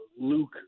Luke